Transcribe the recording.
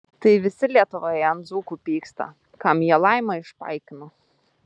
tai visi lietuvoje ant dzūkų pyksta kam jie laimą išpaikino